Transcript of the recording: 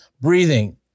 breathing